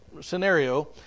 scenario